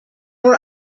were